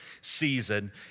season